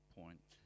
point